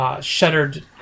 Shuttered